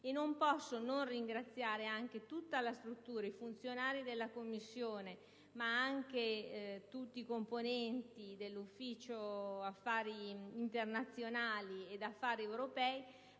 E non posso non ringraziare anche tutta la struttura, i funzionari della Commissione, ma anche tutti i componenti del Servizio degli affari internazionali e dell'Ufficio